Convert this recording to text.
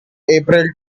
april